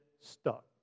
stuck